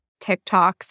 TikToks